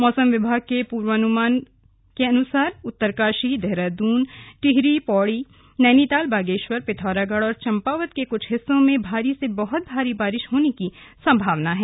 मौसम विभाग के पूर्वानुमान के अनुसार उत्तरकाशी देहरादून टिहरी पौड़ी नैनीताल बागेश्वर पिथौरागढ़ और चम्पावत के कुछ हिस्सों में भारी से बहुत भारी बारिश हो सकती है